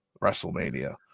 wrestlemania